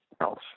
else